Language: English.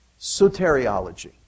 soteriology